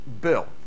bill